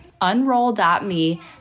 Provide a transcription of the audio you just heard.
Unroll.me